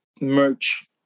Merch